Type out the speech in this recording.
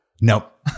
Nope